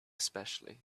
especially